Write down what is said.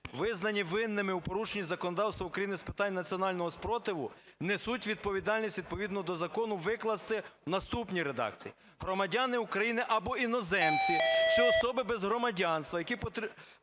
визнані винними у порушенні законодавства України з питань національного спротиву, несуть відповідальність відповідно до закону" викласти в наступній редакції: "громадяни України або іноземці чи особи без громадянства, які перебувають